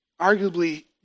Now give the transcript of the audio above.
arguably